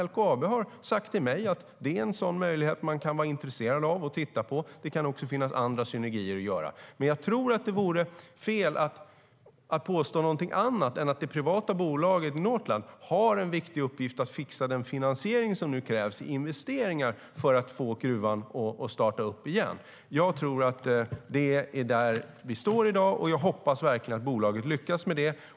LKAB har sagt till mig att det är en möjlighet de kan vara intresserade av. Det kan även finnas andra synergier som kan göras. Men det vore fel att påstå någonting annat än att det privata bolaget Northland har en viktig uppgift att fixa den finansiering av investeringar som krävs för att starta upp gruvan igen. Det är där vi står i dag, och jag hoppas verkligen att bolaget lyckas med det.